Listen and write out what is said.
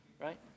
right